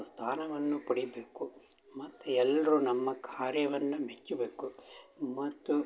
ಸ್ಥಾನವನ್ನು ಪಡೀಬೇಕು ಮತ್ತು ಎಲ್ಲರೂ ನಮ್ಮ ಕಾರ್ಯವನ್ನು ಮೆಚ್ಚಬೇಕು ಮತ್ತು